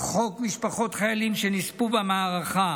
חוק משפחות חיילים שנספו במערכה